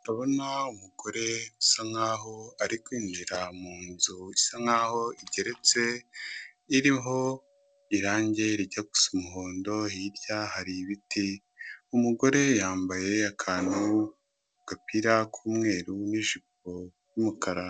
Ndabona umugore usa nk'aho ari kwinjira mu nzu isa n'aho igeretse, iriho irange rijya gusa umuhondo, hirya hari ibiti, umugore yambaye akantu, agapira k'umweru n'ijipo y'umukara.